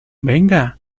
venga